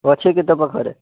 ଅଛି କି ତୋ ପାଖରେ